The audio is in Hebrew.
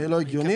זה לא הגיוני.